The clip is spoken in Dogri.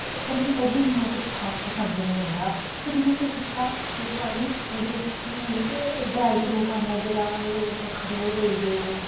पर मी ओह् बी इ'न्ना कुछ खास पसंद निं आया फिर में केह् कीता इक बारी ओह्दे बिच्च कि ड्राई फ्रूट औंदा जेह्ड़ा एह् अखरोट होइगे